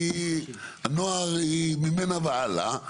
הוא ממנה והלאה,